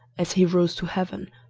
as he rose to heaven,